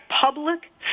public